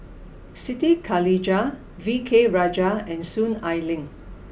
Siti Khalijah V K Rajah and Soon Ai Ling